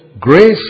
Grace